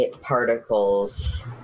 particles